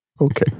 Okay